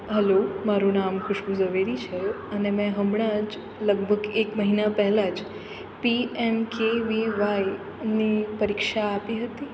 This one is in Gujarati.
હલો મારું નામ ખુશ્બુ ઝવેરી છે અને મેં હમણાં જ લગભગ એક મહિના પહેલાં જ પીએમકેવિવાયની પરીક્ષા આપી હતી